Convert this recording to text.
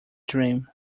dream